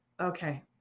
okay